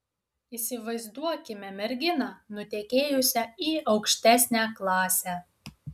įsivaizduokime merginą nutekėjusią į aukštesnę klasę